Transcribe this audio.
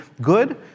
good